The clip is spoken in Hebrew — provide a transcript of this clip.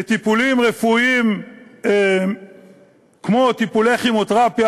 לטיפולים רפואיים כמו טיפולי כימותרפיה,